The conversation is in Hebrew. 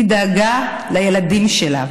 היא דאגה לילדים שלה,